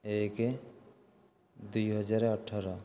ଏକ ଦୁଇ ହଜାର ଅଠର